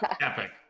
epic